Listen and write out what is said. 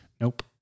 Nope